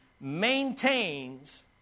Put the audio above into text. maintains